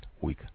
week